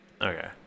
Okay